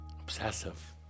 obsessive